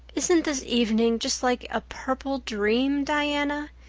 isn't this evening just like a purple dream, diana?